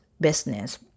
business